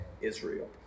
Israel